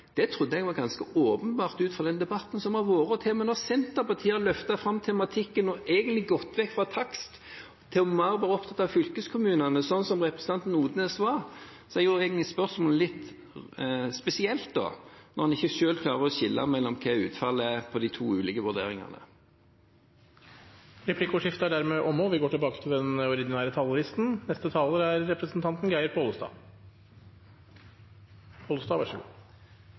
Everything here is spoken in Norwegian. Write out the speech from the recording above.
Det trodde jeg var ganske åpenbart ut fra den debatten som har vært. Når til og med Senterpartiet har løftet fram tematikken og egentlig gått vekk fra takster til å være mer opptatt av fylkeskommunene, slik som representanten Odnes var, er jo spørsmålet litt spesielt – når en selv ikke klarer å skille mellom utfallet av de to ulike vurderingene. Replikkordskiftet er dermed omme. De talerne som heretter får ordet, har en taletid på inntil 3 minutter. Det er